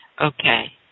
Okay